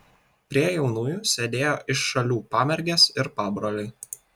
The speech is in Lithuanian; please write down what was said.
prie jaunųjų sėdėjo iš šalių pamergės ir pabroliai